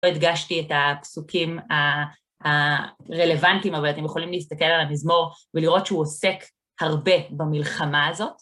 לא הדגשתי את הפסוקים הרלוונטיים, אבל אתם יכולים להסתכל על המזמור ולראות שהוא עוסק הרבה במלחמה הזאת.